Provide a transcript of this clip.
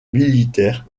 militaire